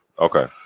Okay